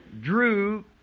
drew